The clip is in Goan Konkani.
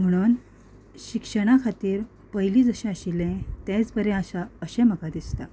म्हुणून शिक्षणा खातीर पयलीं जशें आशिल्लें तेंच बरें आसा अशें म्हाका दिसता